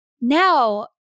Now